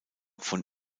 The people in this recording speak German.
von